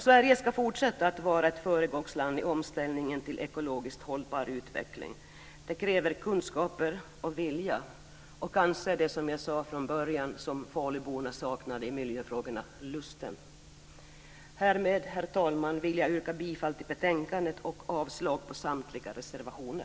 Sverige ska fortsätta att vara ett föregångsland i omställningen till ekologiskt hållbar utveckling. Det kräver kunskaper och vilja och kanske det som jag nämnde från början och som faluborna saknade i miljöfrågorna - lust. Härmed, herr talman, vill jag yrka bifall till hemställan i betänkandet och avslag på samtliga reservationer.